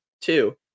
two